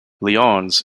lyons